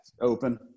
Open